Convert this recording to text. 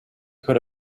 could